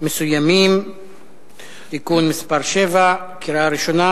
מסוימים (תיקון מס' 7), קריאה ראשונה.